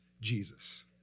Jesus